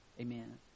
Amen